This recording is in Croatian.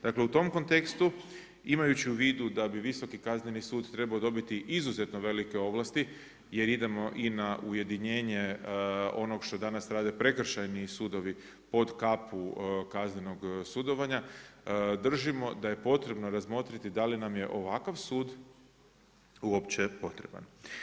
Dakle u tom kontekstu imajući u vidu da bi Visoki kazneni sud trebao dodati izuzetno velike ovlasti jer idemo i na ujedinjenje ono što danas rade prekršajni sudovi, pod kapu kaznenog sudovanja, držimo da je potrebno razmotriti da li nam je takav sud uopće potreban.